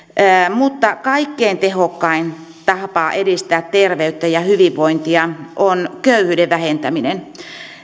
mutta kaikkein tehokkain tapa edistää terveyttä ja hyvinvointia on köyhyyden vähentäminen